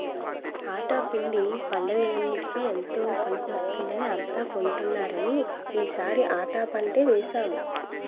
ఆటా పిండి పండగలన్నిటికీ ఎంతో పనికొస్తుందని అంతా కొంటున్నారని ఈ సారి ఆటా పంటే వేసాము